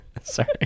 Sorry